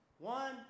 One